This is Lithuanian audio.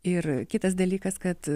ir kitas dalykas kad